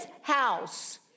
house